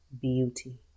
beauty